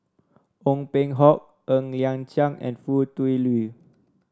Ong Peng Hock Ng Liang Chiang and Foo Tui Liew